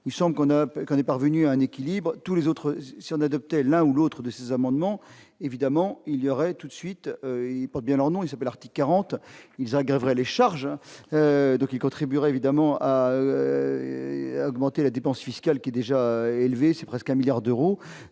appelle qu'on est parvenu à un équilibre, tous les autres si on adoptait l'un ou l'autre de ces amendements, évidemment, il y aurait tout de suite, ils portent bien leur nom et s'appelle Artis 40 ils aggraveraient les charges d'eau qui contribuera évidemment à et augmenter la dépense fiscale qui est déjà élevé, c'est presque un milliard d'euros,